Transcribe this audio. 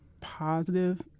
positive